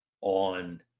on